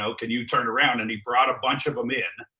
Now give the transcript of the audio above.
so can you turn around? and he brought a bunch of them in.